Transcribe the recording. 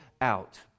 out